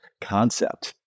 concept